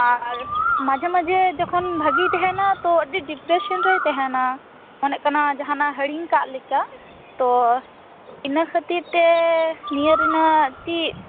ᱟᱨ ᱢᱟᱡᱷᱮ ᱢᱟᱡᱷᱮ ᱡᱚᱠᱷᱚᱱ ᱵᱷᱟᱜᱮ ᱛᱟᱦᱮᱸ ᱱᱟᱭ ᱛᱚ ᱟᱹᱰᱤ ᱰᱤᱯᱯᱨᱮᱥᱚᱱ ᱨᱮ ᱛᱟᱦᱮᱱᱟ ᱢᱚᱱᱮᱜ ᱠᱟᱱᱟ ᱡᱟᱦᱟᱱᱟᱜ ᱦᱤᱲᱤᱧ ᱠᱟᱜ ᱞᱮᱠᱟ ᱛᱚ ᱤᱱᱟᱹ ᱠᱷᱟ ᱛᱤᱨ ᱛᱮ ᱱᱤᱭᱟᱹ ᱨᱮᱱᱟᱜ ᱪᱮᱫ